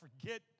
forget